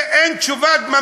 ואין תשובה,